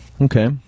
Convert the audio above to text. okay